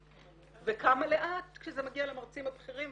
וכמה לאט כשזה מגיע למרצים הבכירים,